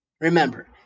remember